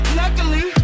luckily